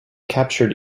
capture